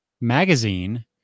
magazine